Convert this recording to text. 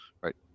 right